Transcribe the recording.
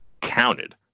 counted